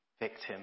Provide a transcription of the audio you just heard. victim